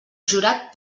jurat